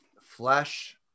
flesh